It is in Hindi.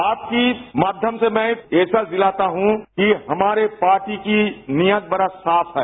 आपके माध्यम से मैं यह विश्वास दिलाता हूं कि हमारी पार्टी की नियत बड़ी साफ है